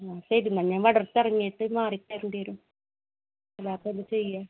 ആ ശരി ന്ന ഞാൻ മടർത്ത് ഇറങ്ങിയിട്ട് മാറി കയറേണ്ടി വരും അല്ലാ പ്പ എന്ത ചെയ്യുക